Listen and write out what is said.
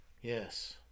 Yes